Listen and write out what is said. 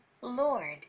Lord